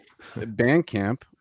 Bandcamp